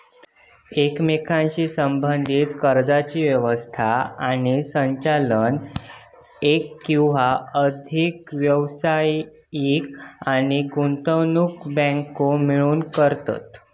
एकमेकांशी संबद्धीत कर्जाची व्यवस्था आणि संचालन एक किंवा अधिक व्यावसायिक आणि गुंतवणूक बँको मिळून करतत